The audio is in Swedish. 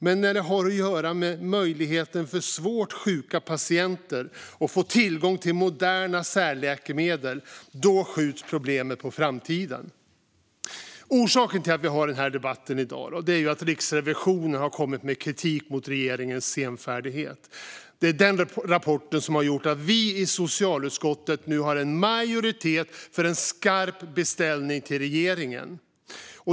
Men när det har att göra med att göra det möjligt för svårt sjuka patienter att få tillgång till moderna särläkemedel skjuts problemet på framtiden. Orsaken till att vi har den här debatten är att Riksrevisionen har kommit med kritik mot regeringens senfärdighet. Rapporten har gjort att vi i socialutskottet nu har en majoritet för en skarp beställning till regeringen.